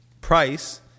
price